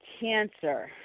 cancer